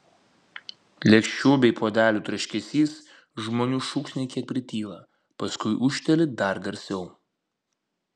lėkščių bei puodelių tarškesys žmonių šūksniai kiek prityla paskui ūžteli dar garsiau